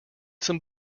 some